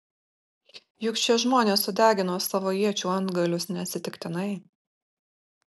juk šie žmonės sudegino savo iečių antgalius neatsitiktinai